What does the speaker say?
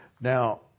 Now